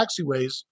taxiways